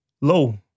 Lo